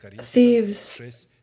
Thieves